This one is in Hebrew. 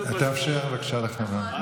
תאפשר בבקשה לחברת,